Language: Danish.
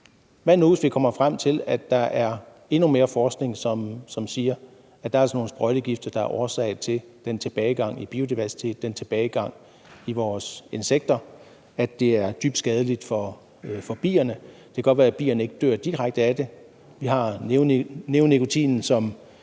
frem til, at der er endnu mere forskning, som siger, at der altså er nogle sprøjtegifte, der er årsag til den tilbagegang i biodiversitet, til den tilbagegang i vores insekter, og at de er dybt skadelige for bierne, selv om det godt kan være, at bierne ikke dør direkte af dem? Vi har vi jo neonikotinoiderne, som